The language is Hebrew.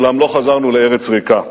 אולם לא חזרנו לארץ ריקה.